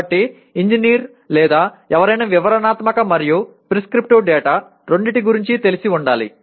కాబట్టి ఇంజనీర్ లేదా ఎవరైనా వివరణాత్మక మరియు ప్రిస్క్రిప్టివ్ డేటా రెండింటి గురించి తెలిసి ఉండాలి